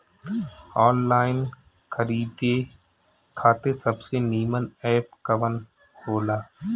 Online खरीदे खातिर सबसे नीमन एप कवन हो ला?